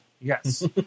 Yes